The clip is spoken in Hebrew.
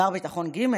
שר ביטחון ג',